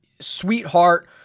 sweetheart